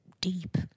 deep